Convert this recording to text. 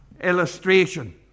illustration